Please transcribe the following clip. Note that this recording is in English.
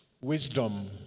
wisdom